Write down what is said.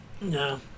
No